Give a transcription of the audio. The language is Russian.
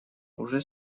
уже